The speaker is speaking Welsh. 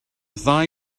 ddau